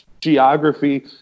geography